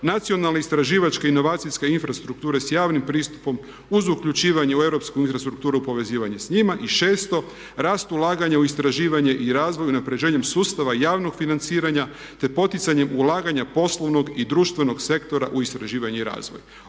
nacionalne istraživačke inovacijske infrastrukture sa javnim pristupom uz uključivanje u europsku infrastrukturu, povezivanje s njima. I 6. rast ulaganja u istraživanje i razvoj i unapređenjem sustava javnog financiranja te poticanjem ulaganja poslovnog i društvenog sektora u istraživanje i razvoj.